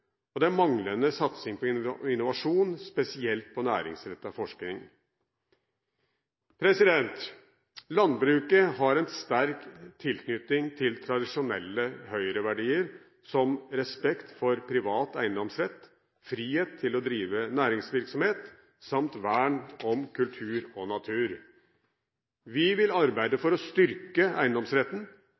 og det er manglende satsing på innovasjon, spesielt på næringsrettet forskning. Landbruket har en sterk tilknytning til tradisjonelle Høyre-verdier som respekt for privat eiendomsrett, frihet til å drive næringsvirksomhet samt vern om kultur og natur. Vi vil arbeide for å styrke eiendomsretten